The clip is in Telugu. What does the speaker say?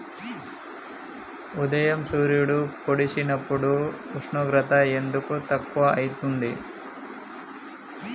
ఉదయం సూర్యుడు పొడిసినప్పుడు ఉష్ణోగ్రత ఎందుకు తక్కువ ఐతుంది?